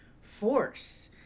force